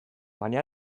baina